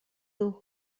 aux